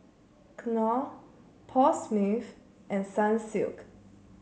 Knorr Paul Smith and Sunsilk